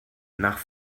nach